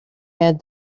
had